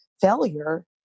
failure